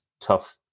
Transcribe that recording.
tough